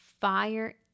fire